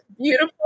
beautiful